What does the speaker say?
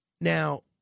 Now